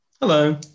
Hello